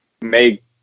make